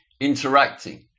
interacting